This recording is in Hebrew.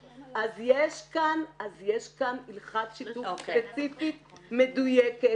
אז יש כאן הלכת שיתוף ספציפית מדויקת.